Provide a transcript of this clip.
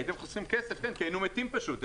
כן, הייתם חוסכים כסף כי היינו מתים פשוט.